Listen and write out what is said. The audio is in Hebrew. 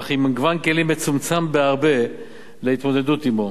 אך עם מגוון כלים מצומצם בהרבה להתמודדות עמו.